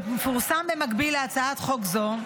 שמפורסם במקביל להצעת חוק זו,